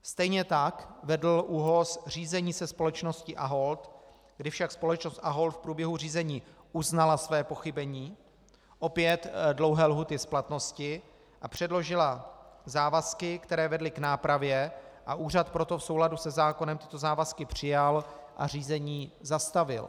Stejně tak vedl ÚOHS řízení se společností Ahold, kdy však společnost Ahold v průběhu řízení uznala své pochybení, opět dlouhé lhůty splatnosti, a předložila závazky, které vedly k nápravě, a úřad proto v souladu se zákonem tyto závazky přijal a řízení zastavil.